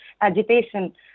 agitation